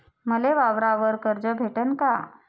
मले वावरावर कर्ज भेटन का?